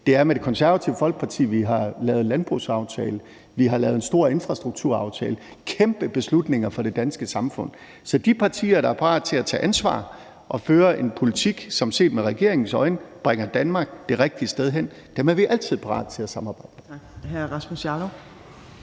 Det er med Det Konservative Folkeparti, vi har lavet en landbrugsaftale, vi har lavet en stor infrastrukturaftale. Det er kæmpe beslutninger for det danske samfund. Så de partier, der er parate til at tage ansvar og føre en politik, som set med regeringens øjne bringer Danmark det rigtige sted hen, er vi altid parate til at samarbejde